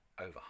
over